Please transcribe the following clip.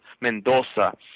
Mendoza